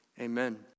amen